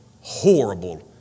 horrible